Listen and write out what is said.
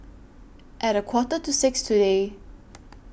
At A Quarter to six today